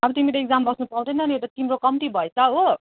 अब तिमीले इग्जाम बस्नु पाउँदैन नि यो त तिम्रो कम्ती भएछ हो